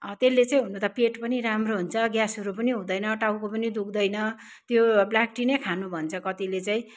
त्यसले चाहिँ हुनु त पेट पनि राम्रो हुन्छ ग्यासहरू पनि हुँदैन टाउको पनि दुख्दैन त्यो ब्ल्याक टी नै खानु भन्छ कतिले चाहिँ